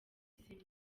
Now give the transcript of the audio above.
zimwe